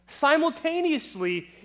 simultaneously